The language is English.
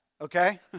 okay